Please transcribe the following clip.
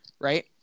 right